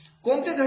कोणत्या घटक